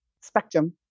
spectrum